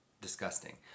Disgusting